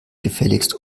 gefälligst